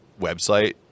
website